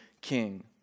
king